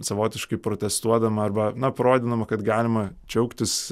savotiškai protestuodama arba na parodydama kad galima džiaugtis